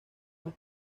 más